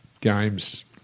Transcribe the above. games